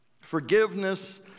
Forgiveness